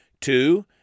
Two